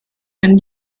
and